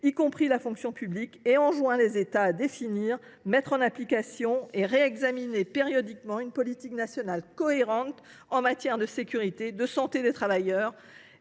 y compris la fonction publique, et vise à enjoindre aux États de définir, de mettre en application et de réexaminer périodiquement une politique nationale cohérente en matière de sécurité, de santé des travailleurs